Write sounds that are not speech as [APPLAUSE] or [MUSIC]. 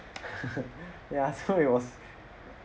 [LAUGHS] ya so it was